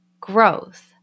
growth